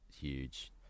huge